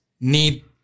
need